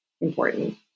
important